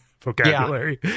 vocabulary